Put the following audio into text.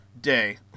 day